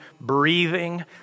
breathing